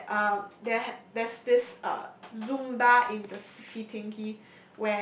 that uh there's this uh Zumba in the city thingy